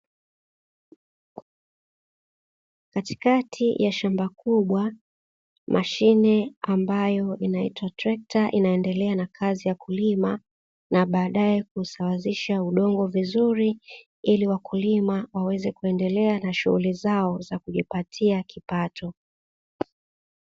Katikati ya shamba kubwa mashine ambayo inaitwa trekta, inaendelea na kazi ya kulima na baadae kusawazisha udongo vizuri, ili wakulima waweze kuendelea na shughuri zao za kujipatia kipato.